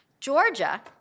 Georgia